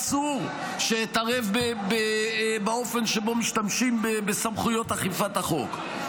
ואסור שאתערב באופן שבו משתמשים בסמכויות אכיפת החוק.